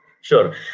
Sure